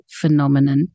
phenomenon